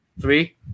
Three